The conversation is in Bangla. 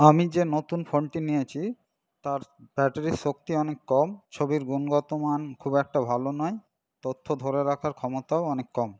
আমি যে নতুন ফোনটি নিয়েছি তার ব্যাটারির শক্তি অনেক কম ছবির গুণগত মান খুব একটা ভালো নয় তথ্য ধরে রাখার ক্ষমতাও অনেক কম